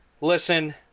listen